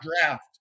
draft